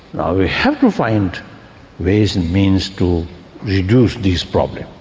now we have to find ways and means to reduce this problem.